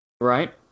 Right